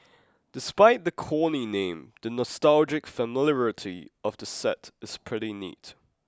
despite the Corny name the nostalgic familiarity of the set is pretty neat